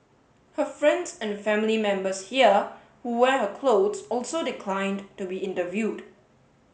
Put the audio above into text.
her friends and family members here who wear her clothes also declined to be interviewed